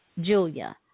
Julia